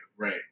right